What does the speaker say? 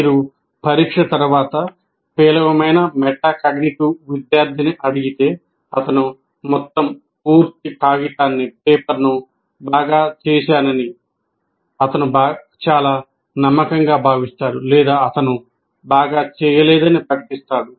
మీరు పరీక్ష తర్వాత పేలవమైన మెటాకాగ్నిటివ్ విద్యార్థిని అడిగితే అతను మొత్తం పూర్తి కాగితాన్ని బాగా చేశానని అతను చాలా నమ్మకంగా భావిస్తాడు లేదా అతను బాగా చేయలేదని ప్రకటిస్తాడు